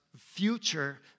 future